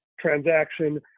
transaction